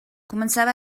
començava